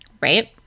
Right